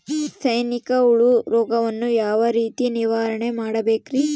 ಸೈನಿಕ ಹುಳು ರೋಗವನ್ನು ಯಾವ ರೇತಿ ನಿರ್ವಹಣೆ ಮಾಡಬೇಕ್ರಿ?